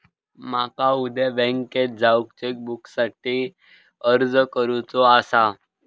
माका उद्या बँकेत जाऊन चेक बुकसाठी अर्ज करुचो आसा